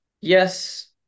yes